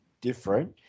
different